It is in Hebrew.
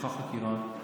נפתחה חקירה.